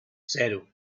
zero